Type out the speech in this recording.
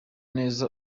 neza